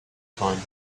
fun